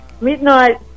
midnight